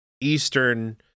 Eastern